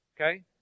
okay